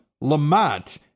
Lamont